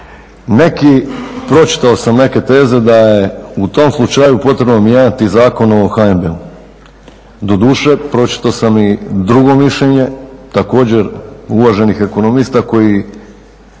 Neki, pročitao sam neke teze da je u tom slučaju potrebno mijenjati Zakon o HNB-u, doduše pročitao sam i drugo mišljenje, također uvaženih ekonomista koji